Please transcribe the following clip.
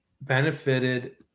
benefited